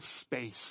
space